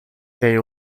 tem